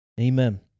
Amen